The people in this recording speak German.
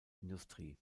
industrie